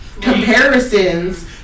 comparisons